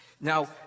Now